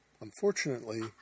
Unfortunately